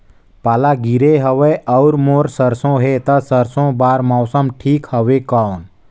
पाला गिरे हवय अउर मोर सरसो हे ता सरसो बार मौसम ठीक हवे कौन?